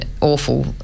awful